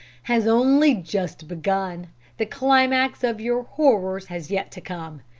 has only just begun the climax of your horrors has yet to come.